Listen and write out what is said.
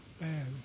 bad